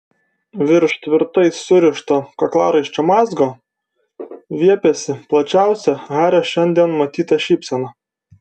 virš tvirtai surišto kaklaraiščio mazgo viepėsi plačiausia hario šiandien matyta šypsena